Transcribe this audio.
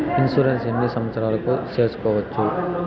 Insurance ఎన్ని సంవత్సరాలకు సేసుకోవచ్చు?